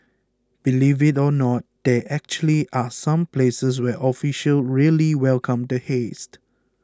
believe it or not there actually are some places where officials really welcome the hazed